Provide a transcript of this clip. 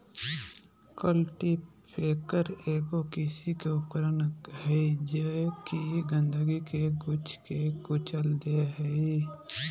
cultipacker एगो कृषि उपकरण हइ जे कि गंदगी के गुच्छा के कुचल दे हइ